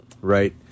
Right